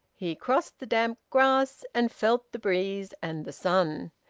he crossed the damp grass, and felt the breeze and the sun.